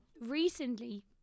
recently